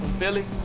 philly,